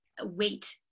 wait